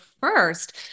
first